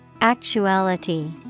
Actuality